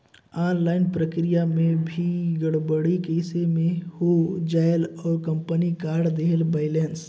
Online प्रक्रिया मे भी गड़बड़ी कइसे मे हो जायेल और कंपनी काट देहेल बैलेंस?